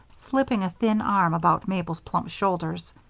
slipping a thin arm about mabel's plump shoulders.